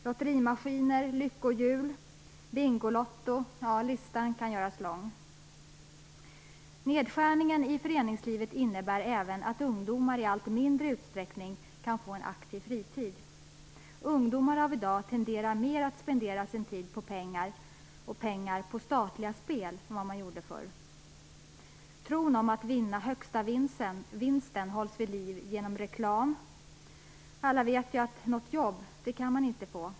Lotterimaskiner, lyckohjul, Bingolotto - listan kan göras lång. Nedskärningen på föreningslivet innebär även att ungdomar i allt mindre utsträckning kan få en aktiv fritid. Ungdomar av i dag tenderar mer att spendera sin tid och sina pengar på statliga spel än vad man gjorde förr. Tron på att man skall vinna högsta vinsten hålls vid liv genom reklam. Alla vet ju att något jobb kan man inte få.